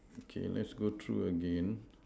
okay let's go through again